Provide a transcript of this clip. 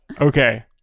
okay